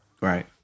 Right